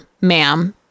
ma'am